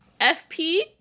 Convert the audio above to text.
FP